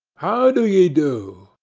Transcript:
how do ye do?